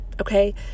okay